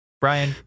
Brian